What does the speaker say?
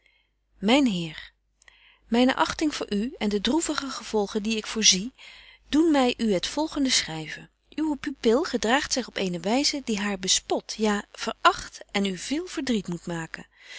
myne achting voor u en de droevige gevolgen die ik voorzie doen my u het volgende schryven uwe pupil gedraagt zich op eene wyze die haar bespot ja veracht en u veel verdriet moet maken